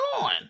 on